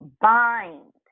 bind